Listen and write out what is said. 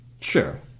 Sure